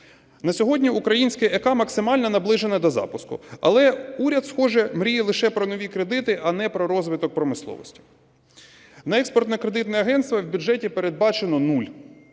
На сьогодні українське ЕКА максимально наближене до запуску, але уряд, схоже, мріє лише про нові кредити, а не про розвиток промисловості. На Експортно-кредитне агентство в бюджеті передбачено нуль,